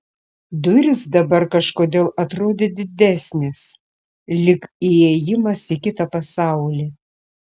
durys dabar kažkodėl atrodė didesnės lyg įėjimas į kitą pasaulį